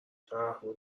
تعهد